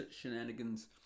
shenanigans